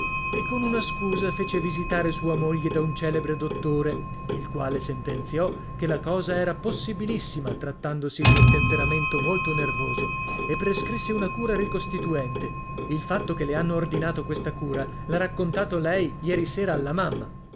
e con una scusa fece visitare sua moglie da un celebre dottore il quale sentenziò che la cosa era possibilissima trattandosi di un temperamento molto nervoso e prescrisse una cura ricostituente il fatto che le hanno ordinato questa cura l'ha raccontato lei ieri sera alla mamma